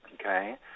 Okay